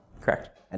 Correct